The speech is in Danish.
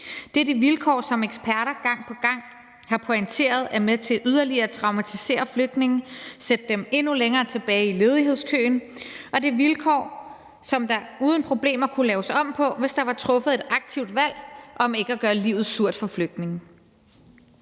Det er de vilkår, som eksperter gang på gang har pointeret er med til yderligere at traumatisere flygtninge og sætte dem endnu længere tilbage i ledighedskøen, og det er vilkår, som der uden problemer kunne laves om på, hvis der var truffet et aktivt valg om ikke at gøre livet surt for flygtninge.